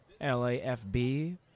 LAFB